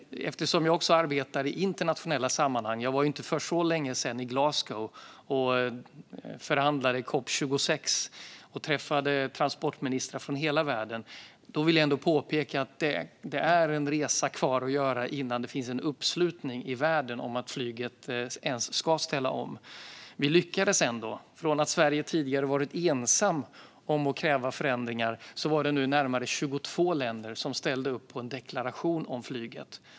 Men jag arbetar också i internationella sammanhang. För inte så länge sedan var jag i Glasgow, på COP 26, och förhandlade och träffade transportministrar från hela världen. Jag vill påpeka att det är en resa kvar att göra innan det finns en uppslutning i världen kring att flyget ens ska ställa om. Vi lyckades ändå - från att Sverige tidigare varit ensamt om att kräva förändringar var det nu närmare 22 länder som ställde upp på en deklaration om flyget.